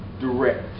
direct